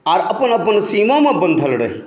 आर अपन अपन सीमामे बँधल रही